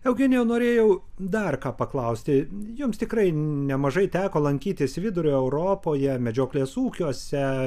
eugenijau norėjau dar ką paklausti jums tikrai nemažai teko lankytis vidurio europoje medžioklės ūkiuose